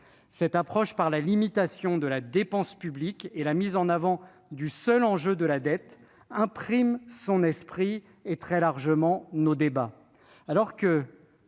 », l'approche par la limitation de la dépense publique et la mise en avant du seul enjeu de la dette imprègnent son esprit et, très largement, nos débats.